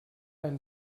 einen